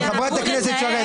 חברת הכנסת שרן,